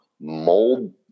mold